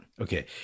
Okay